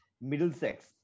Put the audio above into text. Middlesex